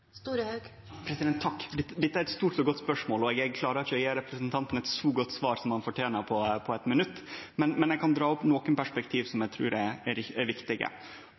Takk. Dette er eit stort og godt spørsmål, og eg klarer ikkje å gje representanten eit så godt svar som han fortener, på eit minutt. Men eg kan dra opp nokre perspektiv som eg trur er viktige. Vi må klare å sørgje for at vi har ein politikk der staten ikkje er